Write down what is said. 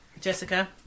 Jessica